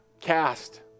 cast